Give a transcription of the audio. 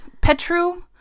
Petru